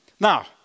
Now